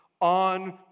on